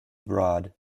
broad